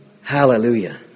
Hallelujah